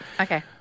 Okay